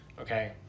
Okay